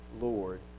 Lord